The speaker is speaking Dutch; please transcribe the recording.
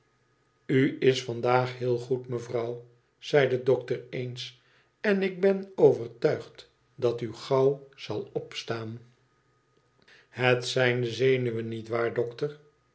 u is van daag heel goed mevrouw zei de dokter eens en ik ben overtuigd dat u gauw zal opstaan het zijn de zenuwen niet waar dokter